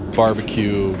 barbecue